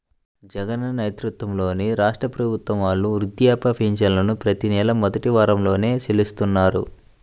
జగనన్న నేతృత్వంలోని రాష్ట్ర ప్రభుత్వం వాళ్ళు వృద్ధాప్య పెన్షన్లను ప్రతి నెలా మొదటి వారంలోనే చెల్లిస్తున్నారు